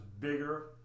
bigger